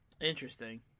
Interesting